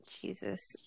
jesus